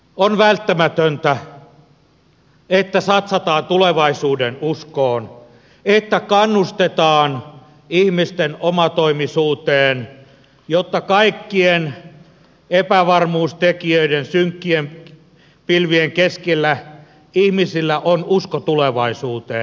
on välttämätöntä että satsataan tulevaisuudenuskoon että kannustetaan ihmisten omatoimisuuteen jotta kaikkien epävarmuustekijöiden synkkien pilvien keskellä ihmisillä on usko tulevaisuuteen